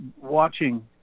watching